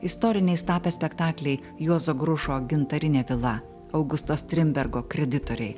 istoriniais tapę spektakliai juozo grušo gintarinė vila augusto strindbergo kreditoriai